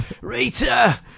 Rita